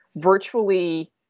Virtually